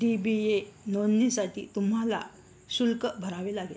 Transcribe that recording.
D B A नोंदणीसाठी तुम्हाला शुल्क भरावे लागेल